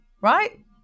right